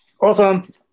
Awesome